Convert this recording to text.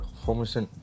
formation